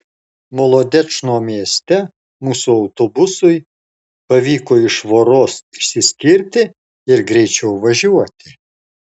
molodečno mieste mūsų autobusui pavyko iš voros išsiskirti ir greičiau važiuoti